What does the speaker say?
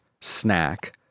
snack